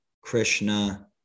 Krishna